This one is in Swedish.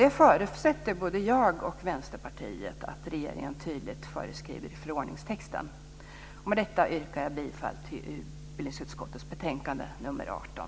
Det förutsätter både jag och Vänsterpartiet att regeringen tydligt föreskriver i förordningstexten. Med detta yrkar jag bifall till förslaget i utbildningsutskottets betänkande nr 18.